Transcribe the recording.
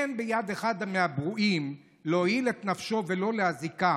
"אין ביד אחד מהברואים להועיל את נפשו ולא להזיקה,